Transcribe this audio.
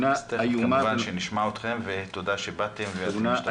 כמובן נשמע אתכם ותודה שבאתם ואנחנו משתתפים בצערכם.